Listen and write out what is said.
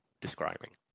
describing